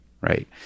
right